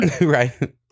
Right